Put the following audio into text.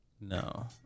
No